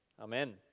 Amen